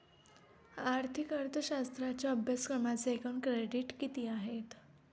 आर्थिक अर्थशास्त्राच्या अभ्यासक्रमाचे एकूण क्रेडिट किती आहेत?